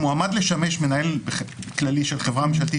המועמד לשמש מנהל כללי של חברה ממשלתית,